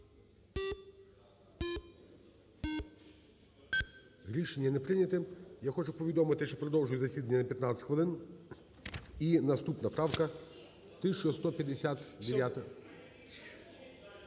Рішення не прийнято. Я хочу повідомити, що продовжую засідання на 15 хвилин. І наступна правка 1159.